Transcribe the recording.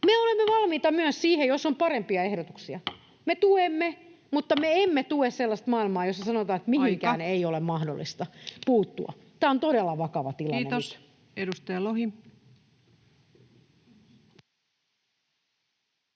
Me olemme valmiita myös siihen, jos on parempia ehdotuksia. Me tuemme, mutta me emme tue sellaista maailmaa, jossa sanotaan, [Puhemies: Aika!] että mihinkään ei ole mahdollista puuttua. Tämä on todella vakava tilanne. Kiitoksia. — Edustaja Lohi.